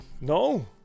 No